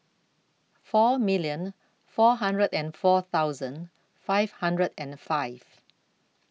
four million four hundred and four thousand five hundred and five